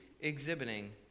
exhibiting